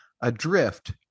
adrift